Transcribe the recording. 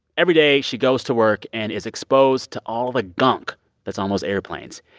every day she goes to work and is exposed to all the gunk that's on most airplanes,